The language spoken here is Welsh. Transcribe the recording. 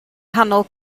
nghanol